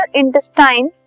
intestine